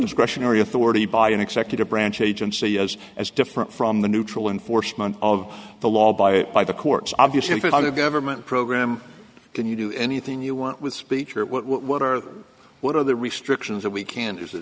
discretionary authority by an executive branch agency as as different from the neutral enforcement of the law by by the courts obviously if it out of government program can you do anything you want with speech or whatever what are the restrictions that we can us